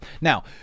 Now